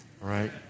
right